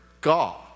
God